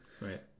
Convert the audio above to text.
Right